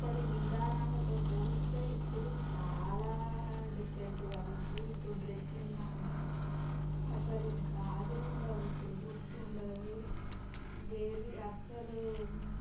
అప్పుడి విధానాలతో పోలిస్తే ఇప్పుడు చాలా డిఫరెంట్గా ఉంది ఇప్పుడు డ్రెస్సింగ్ కానీ అస్సలు గాజులు ఉండవు ఇప్పుడు బొట్టు ఉండదు వేరే అస్సలు